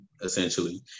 essentially